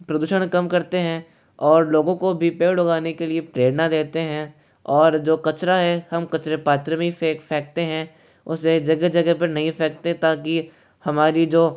प्रदूषण कम करते हैं और लोगों को भी पेड़ उगाने के लिए प्रेरणा देते हैं और जो कचरा है हम कचरे पात्र में ही फ़ेकते हैं उसे जगह जगह पर नहीं फ़ेकते ताकि हमारी जो